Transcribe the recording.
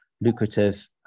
lucrative